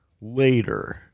later